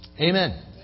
Amen